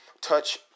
touch